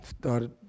started